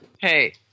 Hey